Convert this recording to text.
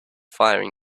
firing